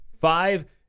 Five